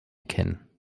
kennen